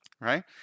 right